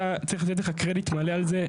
אתה צריך לתת לך קרדיט מלא על זה,